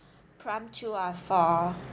prompt two are for